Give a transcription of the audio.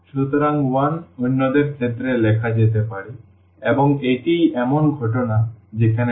সুতরাং 1 অন্যদের ক্ষেত্রে লেখা যেতে পারে এবং এটিই এমন ঘটনা যেখানে আমরা লিনিয়ার নির্ভরতা বলি